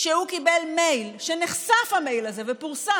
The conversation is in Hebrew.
שהוא קיבל מייל, והמייל הזה נחשף ופורסם,